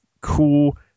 cool